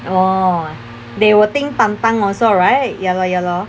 oh they will think pan tang also right ya lor ya lor